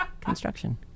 construction